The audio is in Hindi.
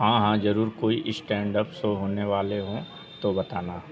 हाँ हाँ ज़रूर कोई स्टैंड अप शो होने वाले हों तो बताना